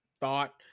thought